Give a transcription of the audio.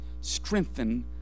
Strengthen